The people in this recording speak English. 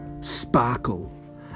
Sparkle